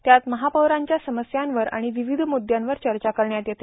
त्यात महापौरांच्या समस्यांवर आणि विविध मुद्यांवर चर्चा करण्यात येते